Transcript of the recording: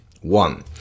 One